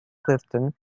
clifton